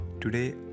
today